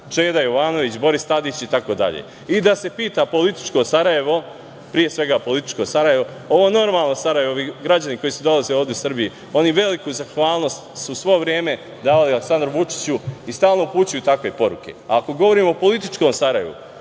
Čeda Jovanović, Boris Tadić itd, i da se pita političko Sarajevo, pre svega političko Sarajevo, ovo normalno Sarajevo bi građani koji su dolazili ovde u Srbiji, oni veliku zahvalnost su svo vreme dali Aleksandru Vučiću i stalno upućuju takve poruke. Ako govorimo o političkom Sarajevu,